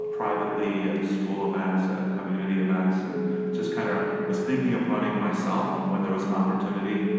privately, at school events, at community events, and just kinda was thinking of running myself, when there was an opportunity,